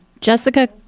Jessica